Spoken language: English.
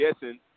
guessing